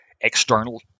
external